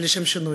לשם שינוי.